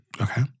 Okay